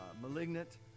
malignant